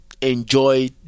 enjoy